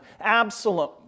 Absalom